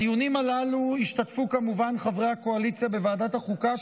בדיונים הללו השתתפו כמובן חברי הקואליציה בוועדת החוקה,